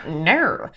No